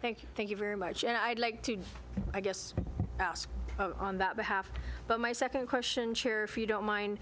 thank you thank you very much and i'd like to i guess on that behalf but my second question chair if you don't mind